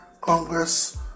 Congress